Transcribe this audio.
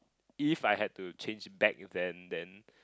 if I had to change back then then